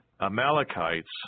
Amalekites